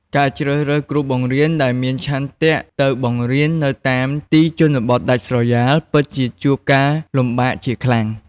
ការជ្រើសរើសគ្រូបង្រៀនដែលមានឆន្ទៈទៅបង្រៀននៅតាមទីជនបទដាច់ស្រយាល ពិតជាជួបការលំបាកជាខ្លាំង។